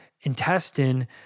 intestine